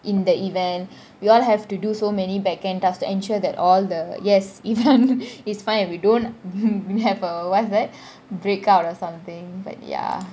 in the event we all have to do so many back end task to ensure that all the yes even is fine and we don't have a what's that break out or something but ya